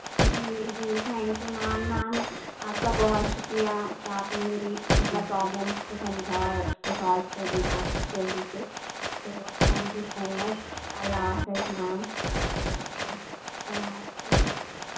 جی جی thank you ma'am ma'am آپ کا بہت شُکریہ کہ آپ نے میری مطلب پرابلمس کو سمجھا اور اِس کو سولو کر دیا جلدی سے تو تھینک یو سو مچ اللہ حافظ میم اوکے اللہ حافظ